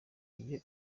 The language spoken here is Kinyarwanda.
iyo